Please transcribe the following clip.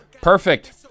Perfect